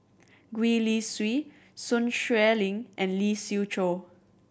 Gwee Li Sui Sun Xueling and Lee Siew Choh